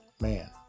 Man